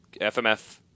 FMF